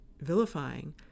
vilifying